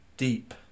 deep